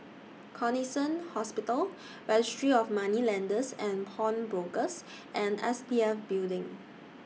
Connexion Hospital Registry of Moneylenders and Pawnbrokers and S P F Building